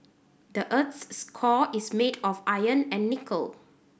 the earth's core is made of iron and nickel